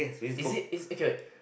is it it could